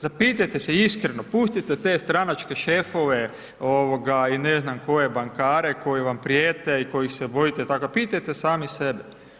Zapitajte se iskreno, pustite te stranačke šefove i ne znam koje bankare koji vam prijete i kojih se bojite tako, pitajte sami sebe?